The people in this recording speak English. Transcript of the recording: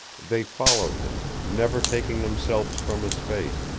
they followed him, never taking themselves from his face.